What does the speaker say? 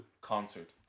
concert